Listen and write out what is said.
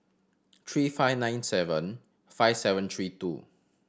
three five nine seven five seven three two